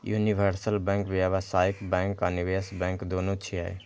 universal bank व्यावसायिक bank आ निवेश बैंक, दुनू छियै